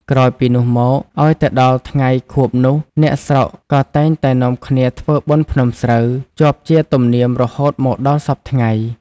ក្រោយពីនោះមក ឲ្យតែដល់ថ្ងៃខួបនោះ អ្នកស្រុក ក៏តែងតែនាំគ្នាធ្វើបុណ្យភ្នំស្រូវ ជាប់ជាទំនៀមរហូតមកដល់សព្វថ្ងៃ។